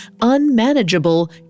unmanageable